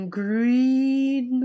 green